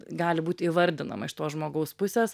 gali būt įvardinama iš to žmogaus pusės